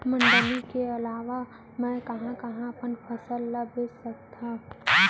मण्डी के अलावा मैं कहाँ कहाँ अपन फसल ला बेच सकत हँव?